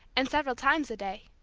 and several times a day.